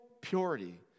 purity